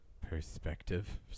perspective